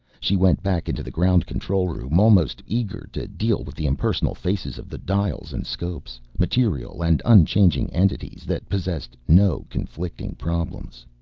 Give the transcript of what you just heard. she went back into the ground-control room, almost eager to deal with the impersonal faces of the dials and scopes, material and unchanging entities that posed no conflicting problems.